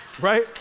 Right